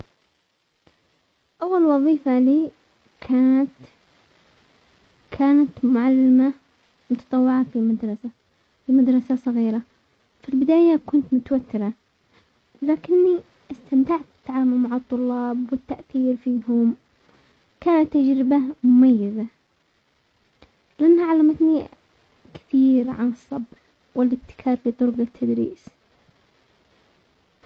اول وظيفة لي كانت-كانت معلمة متطوعة في المدرسة-في مدرسة صغيرة، في البداية كنت متوترة، لكني استمتعت بالتعامل مع الطلاب والتأثير فيهم، كانت تجربة مميزة لانها علمتني كثير عن الصبر والابتكار في طرق التدريس.